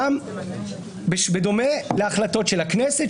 גם בדומה להחלטות של הכנסת,